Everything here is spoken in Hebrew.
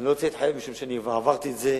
אני לא רוצה להתחייב, משום שעברתי את זה,